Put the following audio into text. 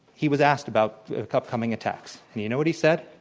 he was asked about upcoming attacks. you know what he said?